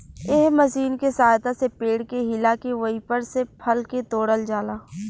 एह मशीन के सहायता से पेड़ के हिला के ओइपर से फल के तोड़ल जाला